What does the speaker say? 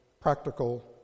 practical